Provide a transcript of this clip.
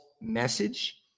message